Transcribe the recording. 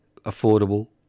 affordable